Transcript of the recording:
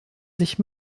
sich